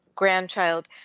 grandchild